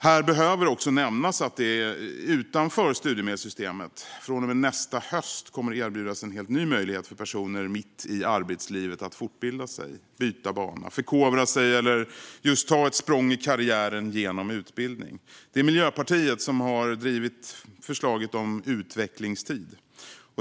Här behöver också nämnas att det, utanför studiemedelssystemet, från och med nästa höst kommer att erbjudas en helt ny möjlighet för personer mitt i arbetslivet att fortbilda sig, byta bana, förkovra sig eller just ta ett språng i karriären genom utbildning. Det är Miljöpartiet som har drivit förslaget om utvecklingstid.